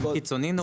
זה קיצוני נורא.